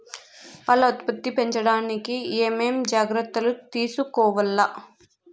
పాల ఉత్పత్తి పెంచడానికి ఏమేం జాగ్రత్తలు తీసుకోవల్ల?